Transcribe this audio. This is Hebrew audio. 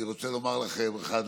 אני רוצה לומר לכם ולך,